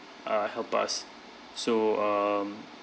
uh help us so um